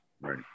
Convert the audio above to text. right